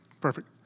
Perfect